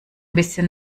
bisschen